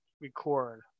Record